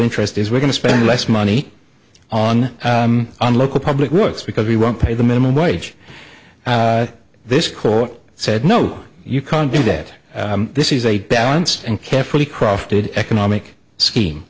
interest is we're going to spend less money on on local public works because we won't pay the minimum wage and this court said no you can't do that this is a balanced and carefully crafted economic scheme